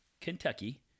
Kentucky